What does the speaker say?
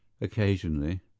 Occasionally